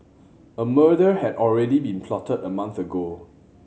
a murder had already been plotted a month ago